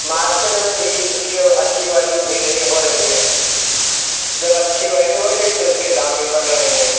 market में भी इसकी वह अच्छी वैलू धीरे धीरे हो रही है जब अच्छी वैलू हो रही है तो इसके दाम भी बढ़ रहे हैं